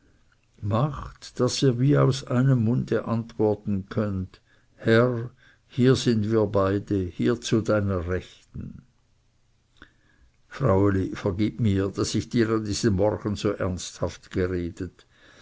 macht daß ihr wie aus einem munde antworten könnt herr hier sind wir beide hier zu deiner rechten fraueli vergib mir daß ich dir an diesem morgen so ernsthaft geredet